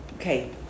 Okay